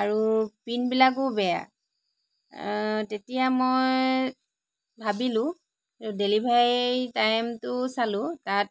আৰু পিনবিলাকো বেয়া তেতিয়া মই ভাবিলোঁ ডেলিভাৰী টাইমটো চালো তাত